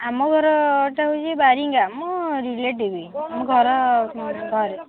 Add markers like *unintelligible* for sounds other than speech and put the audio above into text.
ଆମ ଘର ଟା ହଉଚି ବାରୀଙ୍ଗା ମୋ *unintelligible* ଆମ ଘର ଘରେ